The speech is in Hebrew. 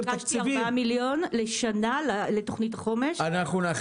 ביקשתי 4 מיליון לשנה לתוכנית החומש -- אנחנו נכניס את זה לסיכום.